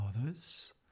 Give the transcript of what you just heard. others